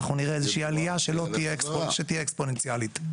עלייה שתהיה אקספוננציאלית.